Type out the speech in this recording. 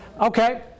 Okay